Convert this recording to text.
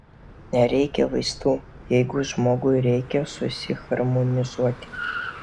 nereikia vaistų jeigu žmogui reikia susiharmonizuoti